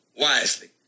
wisely